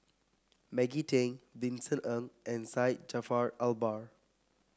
Maggie Teng Vincent Ng and Syed Jaafar Albar